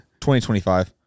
2025